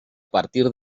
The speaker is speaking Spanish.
partir